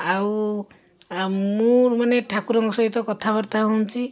ଆଉ ଆଉ ମୁଁ ମାନେ ଠାକୁରଙ୍କ ସହିତ କଥାବାର୍ତ୍ତା ହେଉଛି